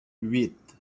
huit